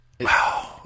Wow